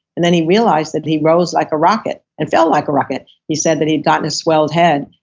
and then he realized that he rose like a rocket and fell like a rocket. he said that he had gotten a swelled head,